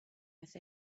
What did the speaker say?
with